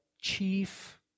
chief